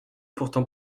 pourtant